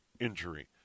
injury